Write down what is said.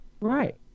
Right